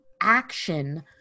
action